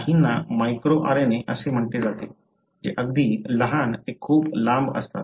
काहींना micro RNA असे म्हटले जाते जे अगदी लहान ते खूप लांब असतात